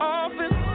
office